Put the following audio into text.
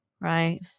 right